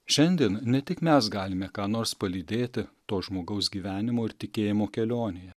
šiandien ne tik mes galime ką nors palydėti to žmogaus gyvenimo ir tikėjimo kelionėje